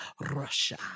Russia